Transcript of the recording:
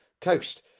coast